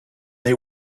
they